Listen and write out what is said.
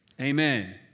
Amen